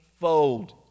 fold